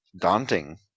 daunting